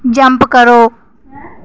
jump करो